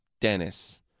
Dennis